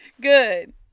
Good